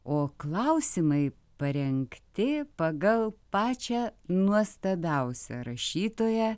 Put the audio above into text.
o klausimai parengti pagal pačią nuostabiausią rašytoją